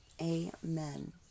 Amen